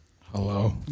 Hello